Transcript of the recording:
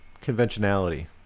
conventionality